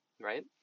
right